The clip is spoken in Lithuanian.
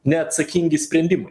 neatsakingi sprendimai